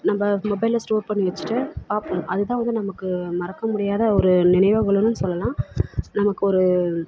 நம்ம மொபைலில் ஸ்டோர் பண்ணி வச்சுட்டு பார்ப்போம் அது தான் வந்து நமக்கு மறக்க முடியாத ஒரு நினைவுகள்னு சொல்லலாம் நமக்கு ஒரு